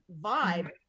vibe